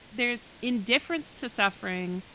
there's indifference to suffering,